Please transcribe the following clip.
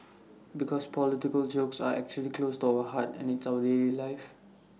because political jokes are actually close to our heart and it's our daily life